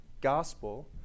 gospel